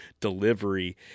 delivery